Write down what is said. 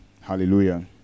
Hallelujah